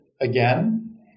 again